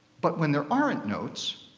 but when there aren't notes,